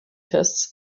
tests